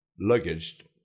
luggage